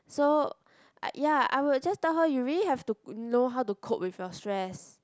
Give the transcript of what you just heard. so I ya I would just tell her you really have to know how to cope with your stress